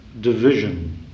division